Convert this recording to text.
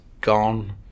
gone